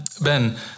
Ben